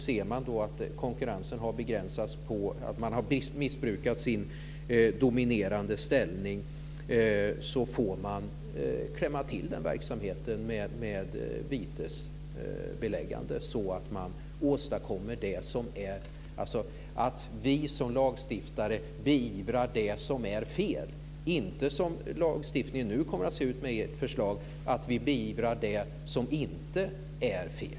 Ser man då att konkurrensen har begränsats genom att någon har missbrukat sin dominerande ställning får man klämma till den verksamheten med vitesföreläggande. Vad man då åstadkommer är att vi som lagstiftare beivrar det som är fel - inte, som lagstiftningen nu kommer att se ut med ert förslag, att vi beivrar det som inte är fel.